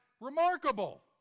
remarkable